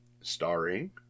Starring